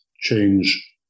change